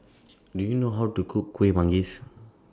Do YOU know How to Cook Kuih Manggis